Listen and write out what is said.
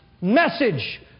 message